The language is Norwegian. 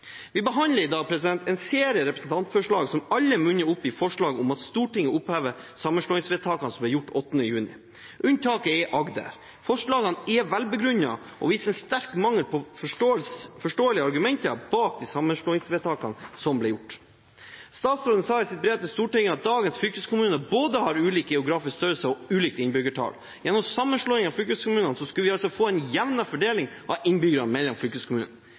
Vi behandler i dag en serie representantforslag som alle munner ut i forslag om at Stortinget opphever sammenslåingsvedtakene som ble gjort 8. juni. Unntaket er Agder. Forslagene er velbegrunnede og viser en sterk mangel på forståelige argumenter bak de sammenslåingsvedtakene som ble gjort. Statsråden sa i sitt brev til Stortinget at dagens fylkeskommuner har både ulik geografisk størrelse og ulikt innbyggertall. Gjennom sammenslåingene av fylkeskommunene skulle vi altså få en jevnere fordeling av innbyggere mellom